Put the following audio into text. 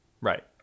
Right